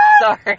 Sorry